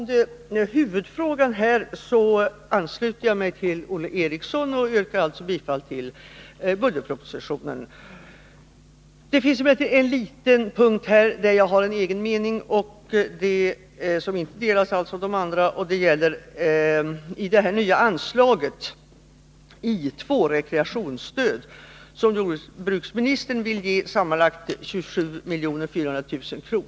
Herr talman! Beträffande huvudfrågan ansluter jag mig till Olle Eriksson och yrkar alltså bifall till budgetpropositionens förslag. Det finns emellertid en liten punkt där jag har en egen mening som inte delas av de andra. Det gäller det nya anslaget Rekreationsstöd under punkten I 2, som jordbruksministern vill anvisa sammanlagt 27 400 000 kr. till.